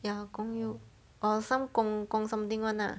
ya gong yoo or some gong gong something [one] lah